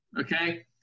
Okay